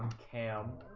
kam.